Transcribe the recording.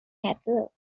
cattle